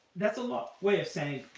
that's a long way of saying,